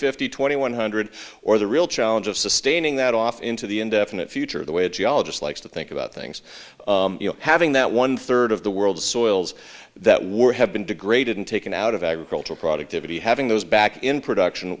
fifty twenty one hundred or the real challenge of sustaining that off into the indefinite future the way a geologist likes to think about things you know having that one third of the world's soils that were have been degraded and taken out of agricultural productivity having those back in production